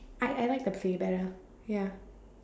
I I like the play better ya